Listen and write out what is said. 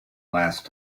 last